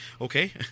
Okay